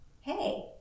hey